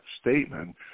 statement